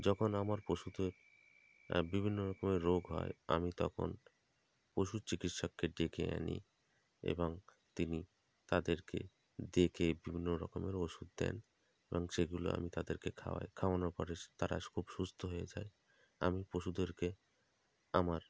যখন আমার পশুদের বিভিন্ন রকমের রোগ হয় আমি তখন পশুর চিকিৎসককে ডেকে আনি এবং তিনি তাদেরকে দেখে বিভিন্ন রকমের ওষুধ দেন আমি সেগুলো আমি তাদেরকে খাওয়াই খাওয়ানোর পরে তারা খুব সুস্থ হয়ে যায় আমি পশুদেরকে আমার